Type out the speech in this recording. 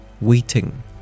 waiting